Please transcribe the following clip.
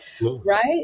Right